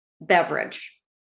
beverage